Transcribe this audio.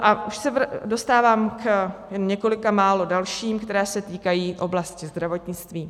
A už se dostávám k několika málo dalším, které se týkají oblasti zdravotnictví.